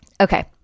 Okay